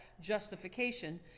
justification